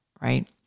right